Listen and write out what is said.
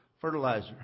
Fertilizer